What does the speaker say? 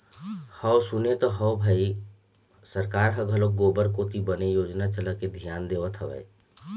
हव सुने तो हव भई सरकार ह घलोक गोबर कोती बने योजना चलाके धियान देवत हवय